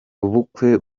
ubukwe